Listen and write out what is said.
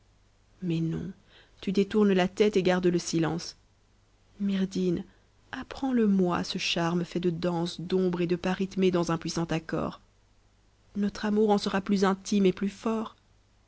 mais non tu détournes la tète et gardes le silence myrdhinn apprends ie moi ce charme fait de danse d'ombre et de pas rythmés dans un puissant accord notre amour en sera plus intime et plus fort